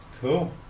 cool